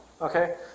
Okay